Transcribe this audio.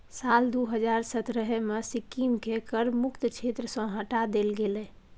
साल दू हजार सतरहे मे सिक्किमकेँ कर मुक्त क्षेत्र सँ हटा देल गेलै